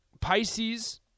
Pisces